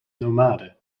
nomade